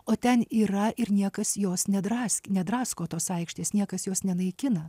o ten yra ir niekas jos nedraskė nedrasko tos aikštės niekas jos nenaikina